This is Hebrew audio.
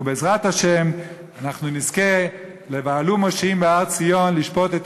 ובעזרת השם אנחנו נזכה ל"ועלו מושעים בהר-ציון לשפט את